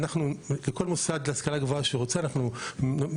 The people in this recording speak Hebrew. כל מוסד של השכלה גבוהה שרוצה אנחנו מוסרים